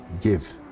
Give